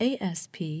ASP